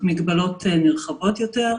נרחבות יותר.